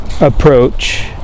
approach